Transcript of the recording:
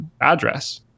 address